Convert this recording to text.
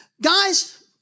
Guys